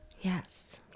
Yes